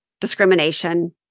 discrimination